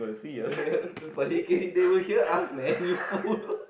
but he K they will here ask man you fool